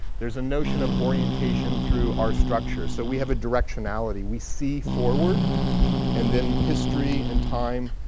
there's a notion of orientation through our structure so we have a directionality, we see forward and then history and time